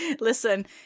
Listen